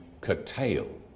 curtail